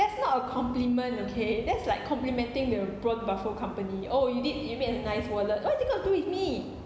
that's not a compliment okay that's like complimenting the braun buffel company oh you did you made a nice wallet what has it got to do with me